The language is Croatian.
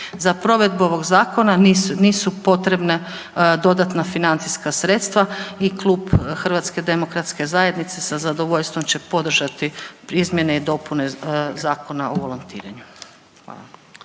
Za provedbu ovog zakona nisu, nisu potrebna dodatna financija sredstva i Klub HDZ-a sa zadovoljstvom će podržati izmjene i dopune Zakona o volontiranju.